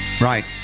Right